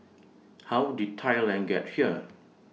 how did Thailand get here